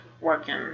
working